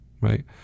Right